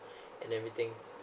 and everything